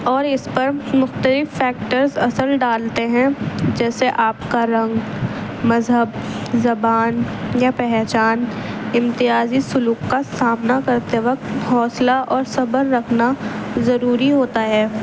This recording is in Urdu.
اور اس پر مختلف فیکٹرز اثر ڈالٹے ہیں جیسے آپ کا رنگ مذہب زبان یا پہچان امتیازی سلوک کا سامنا کرتے وقت حوصلہ اور صبر رکھنا ضروری ہوتا ہے